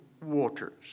waters